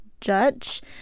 judge